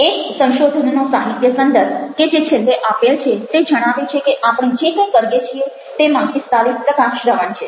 એક સંશોધનનો સાહિત્ય સંદર્ભ કે જે છેલ્લે આપેલ છે તે જણાવે છે કે આપણે જે કંઇ કરીએ છીએ તેમાં 45 શ્રવણ છે